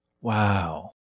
wow